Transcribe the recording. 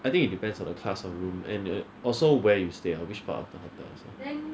I think it depends on the class of room and also where you stay ah which part of the hotels